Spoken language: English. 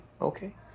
Okay